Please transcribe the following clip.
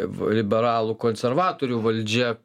v liberalų konservatorių valdžia